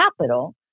capital